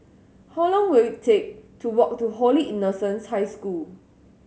how long will it take to walk to Holy Innocents' High School